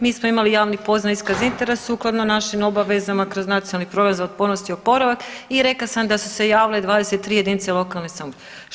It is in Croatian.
Mi smo imali javni poziv za iskaz interesa sukladno našim obavezama kroz Nacionalni program za otpornost i opravak i rekla sam da su se javile 23 jedinice lokalne samouprave.